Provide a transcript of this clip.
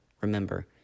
Remember